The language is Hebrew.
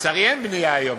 לצערי אין בנייה היום,